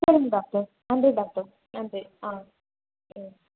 சரிங் டாக்டர் நன்றி டாக்டர் நன்றி ஆ ம்